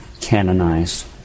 canonized